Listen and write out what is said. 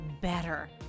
better